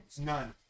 None